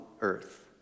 earth